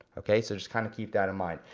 okay so just kinda keep that in mind.